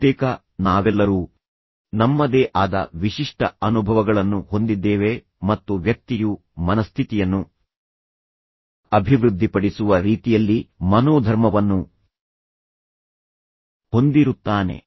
ಬಹುತೇಕ ನಾವೆಲ್ಲರೂ ನಮ್ಮದೇ ಆದ ವಿಶಿಷ್ಟ ಅನುಭವಗಳನ್ನು ಹೊಂದಿದ್ದೇವೆ ಮತ್ತು ವ್ಯಕ್ತಿಯು ಮನಸ್ಥಿತಿಯನ್ನು ಅಭಿವೃದ್ಧಿಪಡಿಸುವ ರೀತಿಯಲ್ಲಿ ಮನೋಧರ್ಮವನ್ನು ಹೊಂದಿರುತ್ತಾನೆ